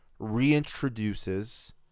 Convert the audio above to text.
reintroduces